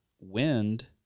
wind